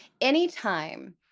Anytime